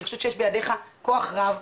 אני חושבת שיש בידיך כוח רב,